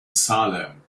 salem